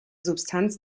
substanz